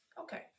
Okay